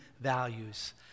values